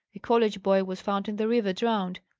a college boy was found in the river, drowned.